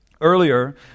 Earlier